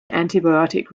antibiotic